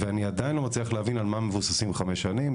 ואני עדיין לא מצליח להבין על מה מבוססים החמש שניים.